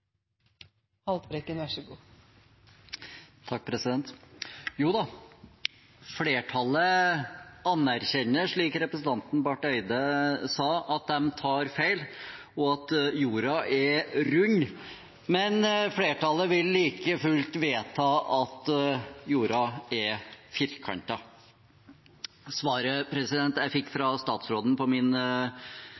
Barth Eide sa, at de tar feil og at jorda er rund, men flertallet vil like fullt vedta at jorda er firkantet. Svaret jeg fikk fra